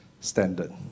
standard